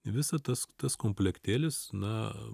visą tas tas komplektėlis na